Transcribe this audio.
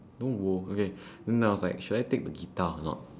no okay and then I was like should I take the guitar or not